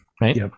Right